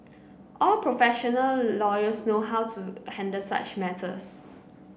all professional lawyers know how to handle such matters